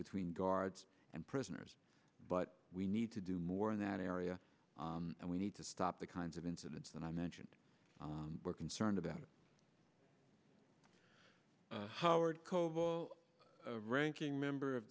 between guards and prisoners but we need to do more in that area and we need to stop the kinds of incidents that i mentioned we're concerned about howard coble ranking member of